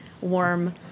warm